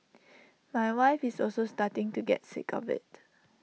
my wife is also starting to get sick of IT